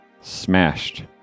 smashed